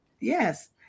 Yes